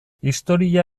historia